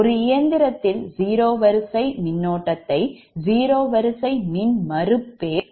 ஒரு இயந்திரத்தில் zero வரிசை மின்னோட்டத்தை Zero வரிசை மின்மறுப்பை உருவாக்குகிறது